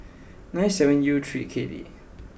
nine seven U three K D